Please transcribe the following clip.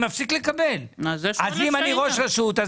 אם אני ראש רשות,